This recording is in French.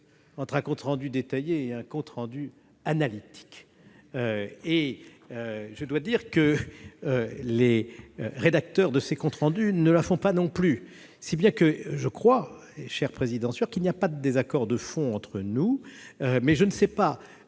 entre un compte rendu détaillé et un compte rendu analytique. Je dois dire que les rédacteurs de ces comptes rendus ne la font pas non plus. Si bien que je crois, cher président Sueur, qu'il n'y a pas de désaccord de fond entre nous ; mais je ne sais pas,